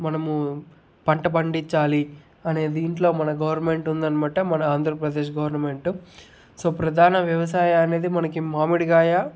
మనము పంట పండించాలి అనేది దీంట్లో మన గవర్నమెంట్ ఉందనమాట మన ఆంధ్రప్రదేశ్ గవర్నమెంటు సో ప్రధాన వ్యవసాయం అనేది మనకు మామిడికాయ